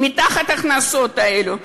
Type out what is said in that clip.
מתחת להכנסות האלה,